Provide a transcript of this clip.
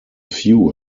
few